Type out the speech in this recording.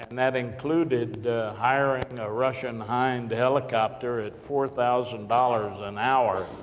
and that included hiring a russian hind helicopter, at four thousand dollars an hour,